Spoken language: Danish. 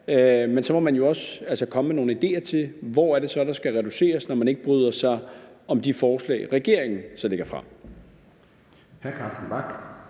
Men så må man jo også komme med nogle idéer til, hvor det så er, der skal reduceres, når man ikke bryder sig om de forslag, regeringen lægger frem.